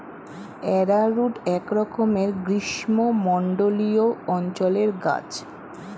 arrowroot একরকমের গ্রীষ্মমণ্ডলীয় অঞ্চলের গাছ